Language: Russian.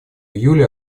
июле